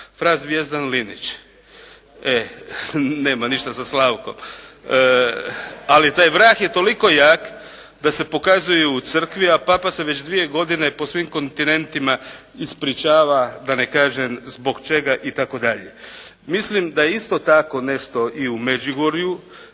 fra Zvjezdan Linić. Ali taj vrag je toliko jak da se pokazuje i u Crkvi a Papa se već dvije godine po svim kontinentima ispričava da ne kažem zbog čega itd. Mislim da isto tako nešto i u Međugorju